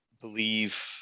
believe